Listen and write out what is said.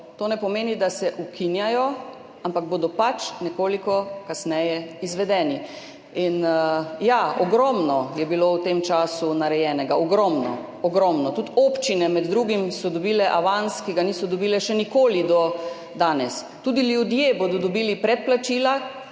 To ne pomeni, da se ukinjajo, ampak bodo pač nekoliko kasneje izvedeni. In ja, ogromno je bilo v tem času narejenega. Ogromno, ogromno. Tudi občine med drugim so dobile avans, ki ga niso dobile še nikoli do danes. Tudi ljudje bodo dobili predplačila,